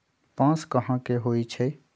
बांस कहाँ होई छई